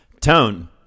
Tone